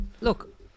look